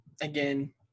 again